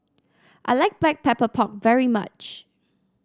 I like Black Pepper Pork very much